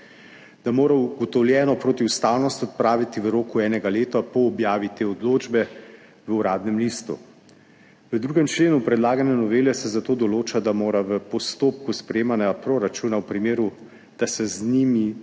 da mora ugotovljeno protiustavnost odpraviti v roku enega leta po objavi te odločbe v Uradnem listu. V 2. členu predlagane novele se zato določa, da mora v postopku sprejemanja proračuna v primeru, da se z njimi